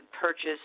purchase